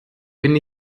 bin